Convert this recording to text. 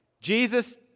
Jesus